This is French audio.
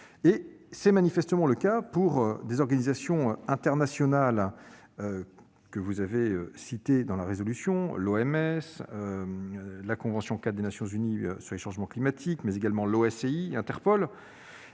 C'est manifestement le cas pour les organisations internationales que vous avez citées dans la proposition de résolution : l'OMS, la Convention-cadre des Nations unies sur les changements climatiques, mais également l'OACI, Interpol.